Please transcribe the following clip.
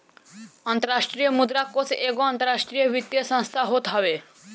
अंतरराष्ट्रीय मुद्रा कोष एगो अंतरराष्ट्रीय वित्तीय संस्थान होत हवे